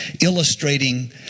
illustrating